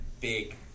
big